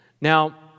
Now